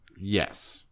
Yes